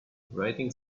writing